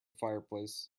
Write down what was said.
fireplace